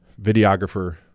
Videographer